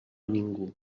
ningú